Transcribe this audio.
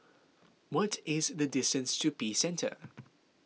what is the distance to Peace Centre